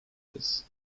this